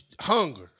hunger